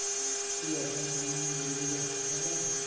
तू आपन समान गिर्वी रख सकला